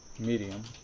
medium.